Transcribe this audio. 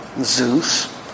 Zeus